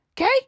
okay